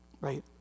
Right